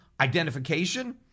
identification